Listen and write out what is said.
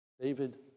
David